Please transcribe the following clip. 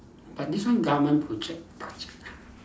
but this one government project budget